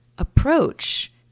approach